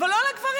אבל לא על גברים,